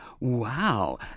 Wow